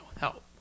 help